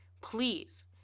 Please